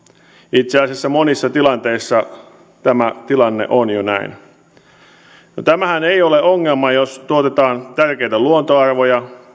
itse asiassa monissa tilanteissa tämä tilanne on jo näin tämähän ei ole ongelma jos tuotetaan tärkeitä luontoarvoja